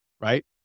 right